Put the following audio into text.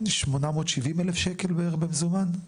כ-870,000 שקלים בערך במזומן,